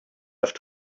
have